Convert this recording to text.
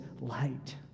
light